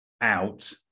out